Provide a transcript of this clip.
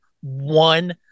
one